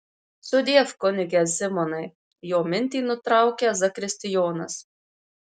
sudiev kunige simonai jo mintį nutraukia zakristijonas